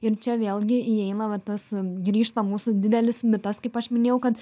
ir čia vėlgi įeina va tas grįžta mūsų didelis mitas kaip aš minėjau kad